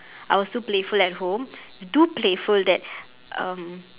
I was too playful at home too playful that um